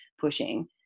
pushing